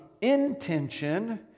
intention